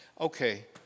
Okay